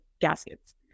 gaskets